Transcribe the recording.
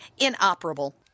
inoperable